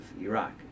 Iraq